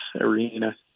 arena